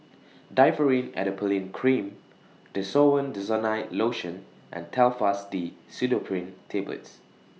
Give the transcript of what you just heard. Differin Adapalene Cream Desowen Desonide Lotion and Telfast D Pseudoephrine Tablets